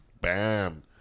bam